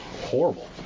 horrible